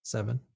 seven